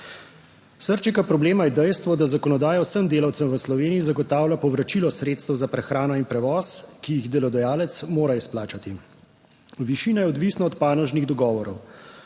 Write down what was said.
Srčika problema je dejstvo, da zakonodaja vsem delavcem v Sloveniji zagotavlja povračilo sredstev za prehrano in prevoz, ki jih delodajalec mora izplačati. Višina je odvisna od panožnih dogovorov.